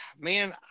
Man